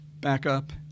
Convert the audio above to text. backup